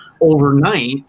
overnight